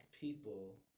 people